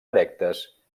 erectes